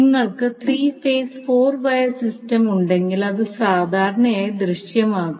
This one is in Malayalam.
നിങ്ങൾക്ക് 3 ഫേസ് 4 വയർ സിസ്റ്റം ഉണ്ടെങ്കിൽ ഇത് സാധാരണയായി ദൃശ്യമാകും